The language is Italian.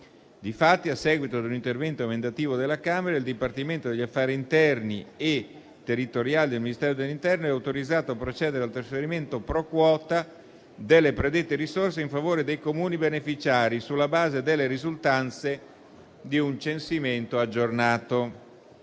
Difatti, a seguito di un intervento emendativo della Camera, il Dipartimento degli affari interni e territoriali del Ministero dell'interno è autorizzato a procedere al trasferimento *pro quota* delle predette risorse in favore dei Comuni beneficiari sulla base delle risultanze di un censimento aggiornato.